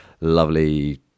lovely